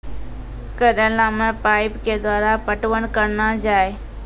करेला मे पाइप के द्वारा पटवन करना जाए?